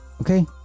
okay